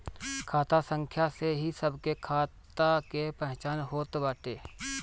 खाता संख्या से ही सबके खाता के पहचान होत बाटे